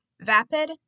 Vapid